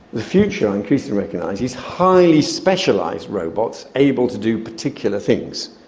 the future, i increasingly recognise, is highly specialised robots able to do particular things.